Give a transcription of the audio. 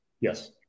Yes